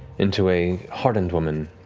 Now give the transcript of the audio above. into a hardened woman,